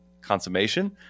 consummation